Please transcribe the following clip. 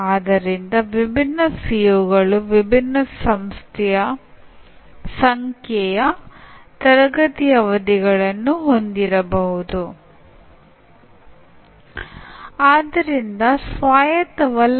ಇದನ್ನು ಹೇಳುವ ಇನ್ನೊಂದು ವಿಧಾನವೆಂದರೆ ಕಲಿಕೆ ಎನ್ನುವುದು ಜೀನ್ ನ್ಯೂರೋಫಿಸಿಯಾಲಜಿ ಭೌತಿಕ ಸ್ಥಿತಿ ಸಾಮಾಜಿಕ ಅನುಭವ ಮತ್ತು ಮಾನಸಿಕ ಅಂಶಗಳು ಸೇರಿದಂತೆ ಅಸಂಖ್ಯಾತ ಪ್ರಭಾವಗಳ ಸಂಕೀರ್ಣ ಸಂವಾದವಾಗಿದೆ